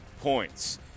points